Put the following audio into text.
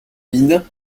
mines